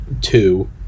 two